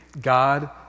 God